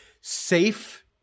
safe